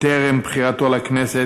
טרם בחירתו לכנסת: